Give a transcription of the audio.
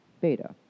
beta